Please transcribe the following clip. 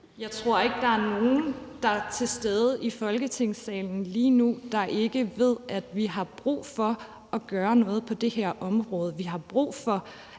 Jeg tror ikke, der er nogen, der er til stede i Folketingssalen lige nu, der ikke ved, at vi har brug for at gøre noget på det her område.